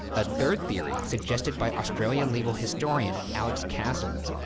a third theory suggested by australian legal historian, alex castles,